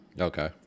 okay